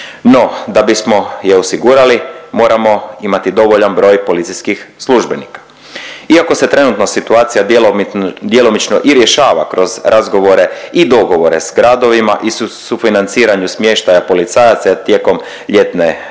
No, da bismo je osigurali moramo imati dovoljan broj policijskih službenika. Iako se trenutno situacija djelomično i rješava kroz razgovore i dogovore s gradovima i sufinanciranju smještaja policajaca tijekom ljetne sezone